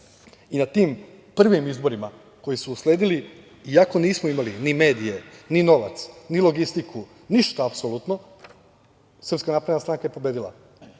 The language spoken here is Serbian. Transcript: i na tim prvim izborima koji su usledili, iako nismo imali ni medije, ni novac, ni logistiku, ništa apsolutno, SNS je pobedila,